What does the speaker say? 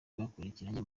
bakurikiranye